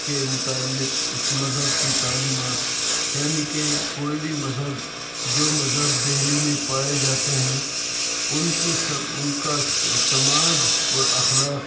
کے متعلق اس مذہب کی تعلیمات یعنی کہ کوئی بھی مذہب جو مذہب دہلی میں پائے جاتے ہیں ان کی ان کا سماج اور اخلاق